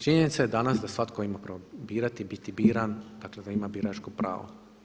Činjenica je danas da svatko ima pravo birati i biti biran, dakle da ima biračko pravo.